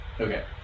Okay